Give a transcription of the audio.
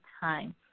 time